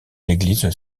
l’église